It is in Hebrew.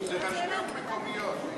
זה רשויות מקומיות.